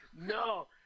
No